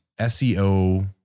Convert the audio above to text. SEO